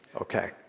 Okay